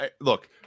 look